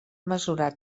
mesurar